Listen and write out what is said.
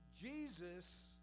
Jesus